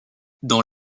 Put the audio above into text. dans